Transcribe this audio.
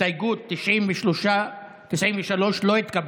הסתייגות 93 לא התקבלה.